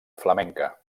flamenca